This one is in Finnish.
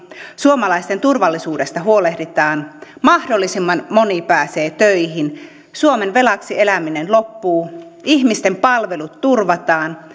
suomalaisten turvallisuudesta huolehditaan mahdollisimman moni pääsee töihin suomen velaksi eläminen loppuu ihmisten palvelut turvataan